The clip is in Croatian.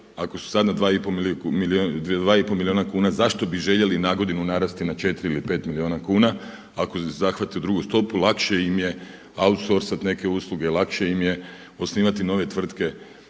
ako su sad na 2,5 milijuna kuna zašto bi željeli nagodinu narasti na 4 ili 5 milijuna kuna ako zahvati 2 stopu lakše im je outsourcat neke usluge, lakše im je osnivati nove tvrtke